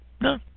no